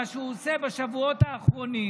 מה שהוא עושה בשבועות האחרונים,